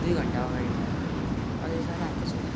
दुई घन्टा अगाडि मगाएको अहिलेसम्म आएको छैन